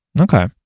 okay